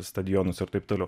stadionus ir taip toliau